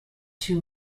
two